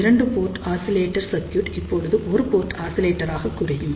இரண்டு port oscillator circuit இப்பொழுது ஒரு போர்ட் ஆசிலேட்டராக குறையும்